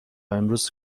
امروز